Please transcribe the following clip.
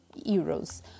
euros